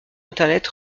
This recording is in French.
internet